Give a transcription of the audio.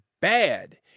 bad